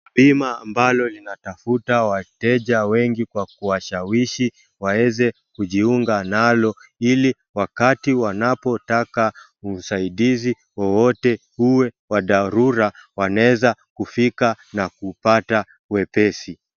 Bima ambalo linatafuta wateja wengi kwa kuwasawishi waweze kujiunga nalo ili wakati wanapotaka usaidizi wowote uwe wa dharura wanaeza kufika na kupata wepesi.